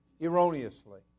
erroneously